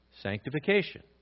Sanctification